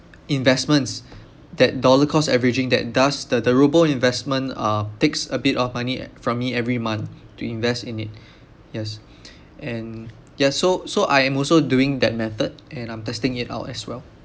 investments that dollar cost averaging that does the the robo investment uh takes a bit of money from me every month to invest in it yes and ya so so I am also doing that method and I'm testing it out as well